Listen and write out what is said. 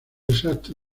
exacto